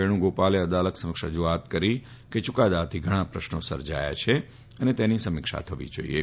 વેણુગોપાલે અદાલત સમક્ષ રજુઆત કરી કે ચુકાદાથી ધણા પ્રશ્નો સર્જાયા છે અને તેનીસમીક્ષા થવી જાઈએ